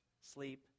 sleep